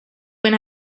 when